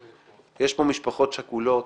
יש פה משפחות שכולות